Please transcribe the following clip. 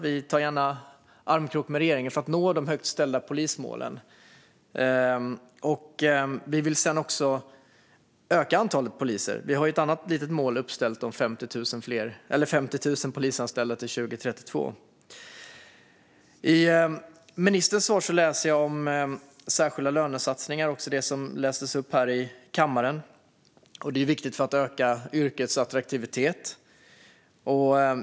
Vi går gärna armkrok med regeringen för att nå de högt ställda polismålen. Vi vill också öka antalet poliser. Vi har ett annat uppställt mål, om 50 000 polisanställda till 2032. I ministerns svar hör jag om särskilda lönesatsningar. Det är viktigt för att öka yrkets attraktivitet.